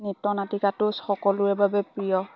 নৃত্যন নাটিকাটো সকলোৰে বাবে প্ৰিয়